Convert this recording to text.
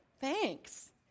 Thanks